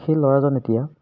সেই ল'ৰাজন এতিয়া